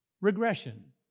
regression